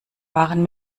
waren